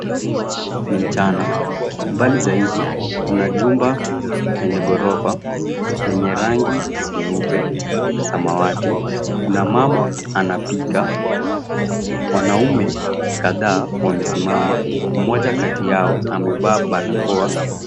Ni mchana mbali zaidi kuna jumba lenye ghorofa yenye rangi nyeupe na samawati kuna mama anapika, wanaume kadhaa wamesimama, mmoja kati yao amevaa barakoa.